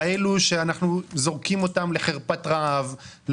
כאלו שאנחנו זורקים אותן לחרפת רעב,